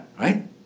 right